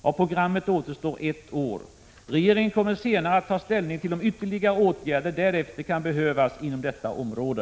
Av programmet återstår ett år. Regeringen kommer senare att ta ställning till om ytterligare åtgärder därefter kan behövas inom detta område.